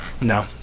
no